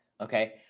okay